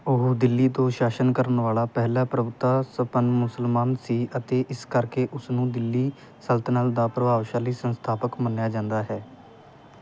ਉਹ ਦਿੱਲੀ ਤੋਂ ਸ਼ਾਸਨ ਕਰਨ ਵਾਲਾ ਪਹਿਲਾ ਪ੍ਰਭੁਤਾ ਸੰਪੰਨ ਮੁਸਲਮਾਨ ਸੀ ਅਤੇ ਇਸ ਕਰਕੇ ਉਸ ਨੂੰ ਦਿੱਲੀ ਸਲਤਨਤ ਦਾ ਪ੍ਰਭਾਵਸ਼ਾਲੀ ਸੰਸਥਾਪਕ ਮੰਨਿਆ ਜਾਂਦਾ ਹੈ